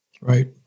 Right